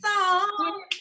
song